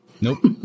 Nope